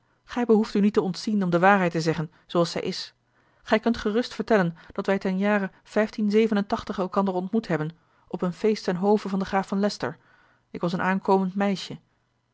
gij behoeft u niet te ontzien om de waarheid te zeggen zooals zij is gij kunt gerust vertellen dat wij ten jare elkander ontmoet hebben op een feest ten hove van den graaf van leycester ik was een aankomend meisje